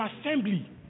assembly